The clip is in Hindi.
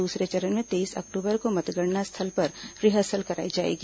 दूसरे चरण में तेईस अक्टूबर को मतगणना स्थल पर रिहर्सल कराया जाएगा